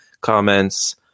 comments